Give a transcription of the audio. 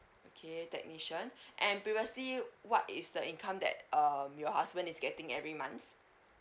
okay technician and previously what is the income that um your husband is getting every month